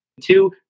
two